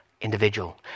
individual